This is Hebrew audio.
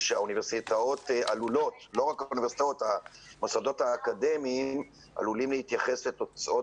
האוניברסיטאות ושאר המוסדות האקדמיים עלולים להתייחס לתוצאות